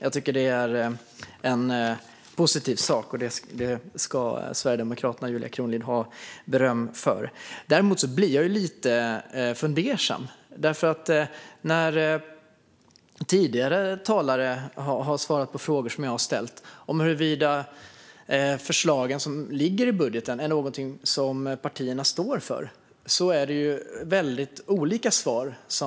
Jag tycker att det är en positiv sak, och det ska Sverigedemokraterna och Julia Kronlid ha beröm för. Däremot blir jag lite fundersam, för när tidigare talare har svarat på frågor som jag har ställt om huruvida de förslag som ligger i budgeten är någonting som partierna står för har det kommit väldigt olika svar.